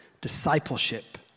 Discipleship